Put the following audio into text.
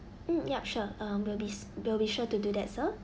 mm yup sure um we'll be s~ we'll be sure to do that sir